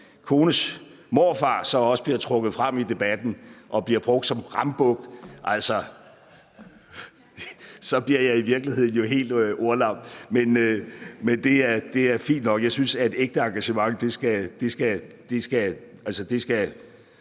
kones morfar så også bliver trukket frem i debatten og bliver brugt som rambuk, bliver jeg jo i virkeligheden helt mundlam – men det er fint nok. Jeg synes, at ægte engagement skal